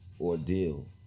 ordeal